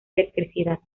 electricidad